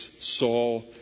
Saul